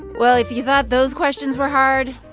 well, if you thought those questions were hard,